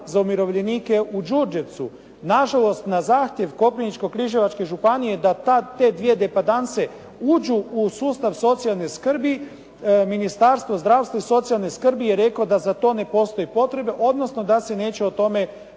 za umirovljenike u Đurđevcu. Nažalost, na zahtjev Koprivničko-križevačke županije da te dvije depadanse uđu u sustav socijalne skrbi Ministarstvo zdravstva i socijalne skrbi je reklo da za to ne postoji potreba odnosno da se neće o tome,